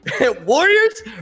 Warriors